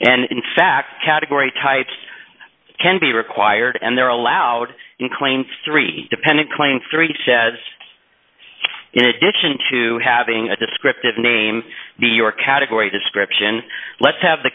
and in fact category types can be required and they're allowed in claim three dependent claim three says in addition to having a descriptive name the your category description let's have the